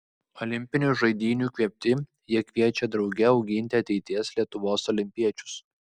olimpinių žaidynių įkvėpti jie kviečia drauge auginti ateities lietuvos olimpiečius